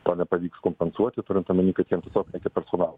to nepavyks kompensuoti turint omeny kad jiem tiesiog reikia personalo